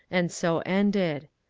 and so ended.